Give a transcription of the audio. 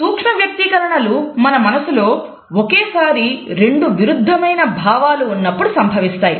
సూక్ష్మ వ్యక్తీకరణలు మన మనసులో ఒకేసారి రెండు విరుద్ధమైన భావాలు ఉన్నప్పుడు సంభవిస్తాయి